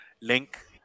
link